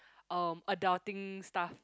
um adulting stuff